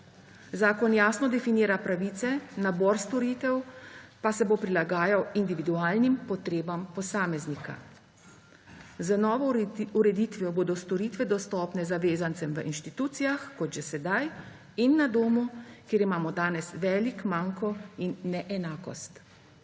Zakon jasno definira pravice, nabor storitev pa se bo prilagajal individualnim potrebam posameznika. Z novo ureditvijo bodo storitve dostopne zavezancem v inštitucijah, kot že sedaj, in na domu, kjer imamo danes velik manko in neenakost.